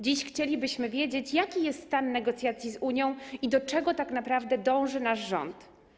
Dziś chcielibyśmy wiedzieć, jaki jest stan negocjacji z Unią i do czego tak naprawdę dąży nasz rząd.